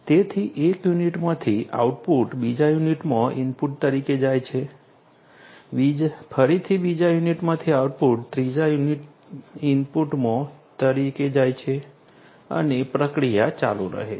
તેથી એક યુનિટમાંથી આઉટપુટ બીજા યુનિટમાં ઇનપુટ તરીકે જાય છે ફરીથી બીજા યુનિટમાંથી આઉટપુટ ત્રીજામાં ઇનપુટ તરીકે જાય છે અને પ્રક્રિયા ચાલુ રહે છે